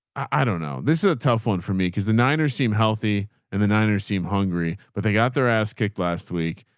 i don't know. this is a tough one for me. cause the niners seem healthy and the niners seem hungry, but they got their ass kicked last week.